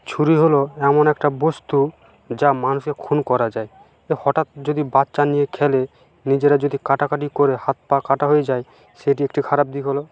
ছুরি হলো এমন একটা বস্তু যা মানুষকে খুন করা যায় হঠাৎ যদি বাচ্চা নিয়ে খেলে নিজেরা যদি কাটাকাটি করে হাত পা কাটা হয়ে যায় সেটি একটি খারাপ দিক হলো